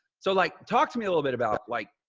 so like talk to me a little bit about like,